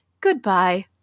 goodbye